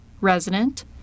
resident